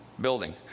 building